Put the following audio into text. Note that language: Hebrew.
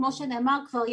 כמו שנאמר כבר,